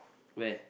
where